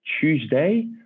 Tuesday